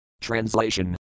Translation